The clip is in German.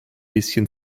bisschen